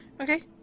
Okay